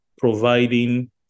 providing